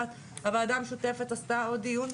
הוועדה המשותפת עשתה עוד דיון,